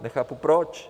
Nechápu proč.